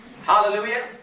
Hallelujah